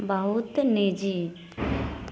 बहुत निजी